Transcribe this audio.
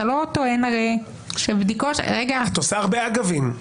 אתה הרי לא טוען --- את עושה הרבה "אגבים".